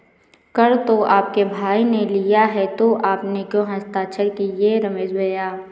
कर तो आपके भाई ने लिया है तो आपने क्यों हस्ताक्षर किए रमेश भैया?